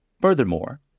Furthermore